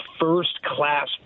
first-class